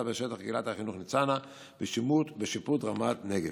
בשטח קהילת החינוך ניצנה בשיפוט רמת נגב.